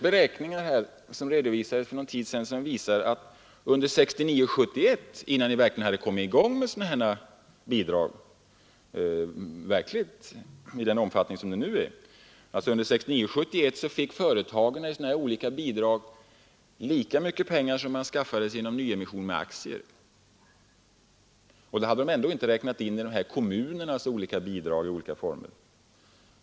Beräkningar, som redovisades för någon tid sedan, visar att under åren 1969—1971, innan bidragen hade fått den nuvarande omfattningen, fick företagen i form av olika bidrag lika mycket pengar som de skaffade sig genom nyemissioner av aktier. Då hade man ändå inte räknat in kommunernas bidrag i olika former.